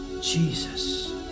Jesus